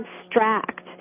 abstract